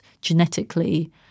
genetically